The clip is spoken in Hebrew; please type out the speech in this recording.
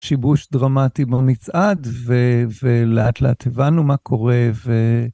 שיבוש דרמטי במצעד, ולאט לאט הבנו מה קורה, ו...